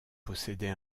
possédait